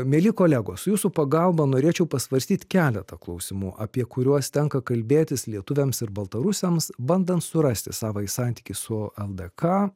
mieli kolegos su jūsų pagalba norėčiau pasvarstyt keletą klausimų apie kuriuos tenka kalbėtis lietuviams ir baltarusiams bandant surasti savąjį santykį su ldk